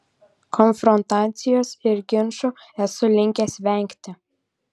konfrontacijos ir ginčų esu linkęs vengti